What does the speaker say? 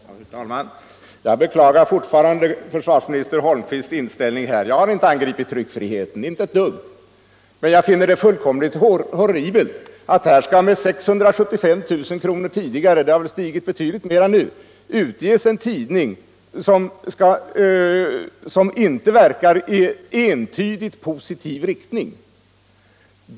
Fru talman! Jag beklagar fortfarande försvarsminister Holmqvists inställning. Jag har inte alls angripit tryckfriheten. Men jag finner det fullkomligt horribelt att det med hjälp av ett anslag på 675 000 kr. — det var den tidigare summan; nu är väl beloppet betydligt högre — skall utges en tidning som inte verkar i entydigt positiv riktning.